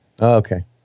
Okay